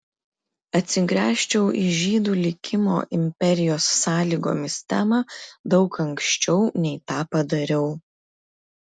atsigręžčiau į žydų likimo imperijos sąlygomis temą daug anksčiau nei tą padariau